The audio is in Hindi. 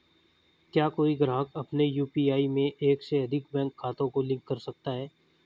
क्या कोई ग्राहक अपने यू.पी.आई में एक से अधिक बैंक खातों को लिंक कर सकता है?